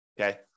okay